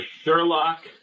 Sherlock